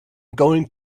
going